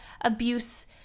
abuse